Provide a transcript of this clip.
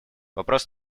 вопрос